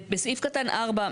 בסעיף קטן (4),